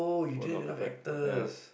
won or prepared ya